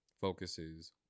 focuses